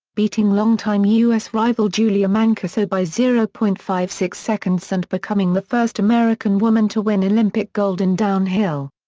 beating longtime u s. rival julia mancuso by zero point five six seconds and becoming the first american woman to win olympic gold in downhill.